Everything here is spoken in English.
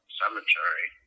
cemetery